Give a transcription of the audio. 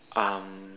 um